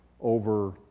over